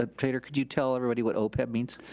ah trader, could you tell everybody what opeb means?